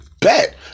bet